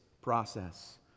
process